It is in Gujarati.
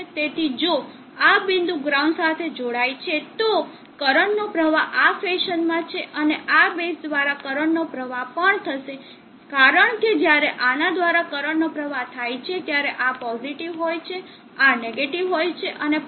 તેથી જો આ બિંદુ ગ્રાઉન્ડ સાથે જોડાય છે તો કરંટનો પ્રવાહ આ ફેશનમાં છે અને આ બેઝ દ્વારા કરંટનો પ્રવાહ પણ થશે કારણ કે જ્યારે આના દ્વારા કરંટનો પ્રવાહ થાય છે ત્યારે આ પોઝિટીવ હોય છે આ નેગેટીવ હોય છે અને 0